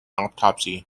autopsy